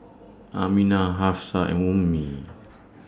Aminah Hafsa and Ummi